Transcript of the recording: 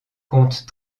compte